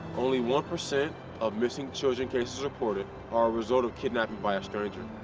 only one percent of missing children cases reported are a result of kidnapping by a stranger.